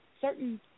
Certain